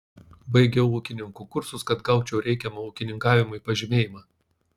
baigiau ūkininkų kursus kad gaučiau reikiamą ūkininkavimui pažymėjimą